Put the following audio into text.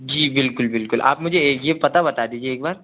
जी बिल्कुल बिल्कुल आप मुझे ये पता बता दीजिए एक बार